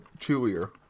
chewier